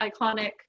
iconic